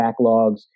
backlogs